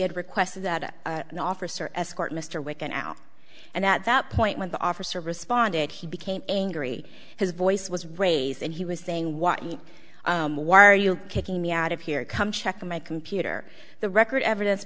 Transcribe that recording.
had requested that an officer escort mr wiccan out and at that point when the officer responded he became angry his voice was raised and he was saying what you are you kicking me out of here come check on my computer the record evidence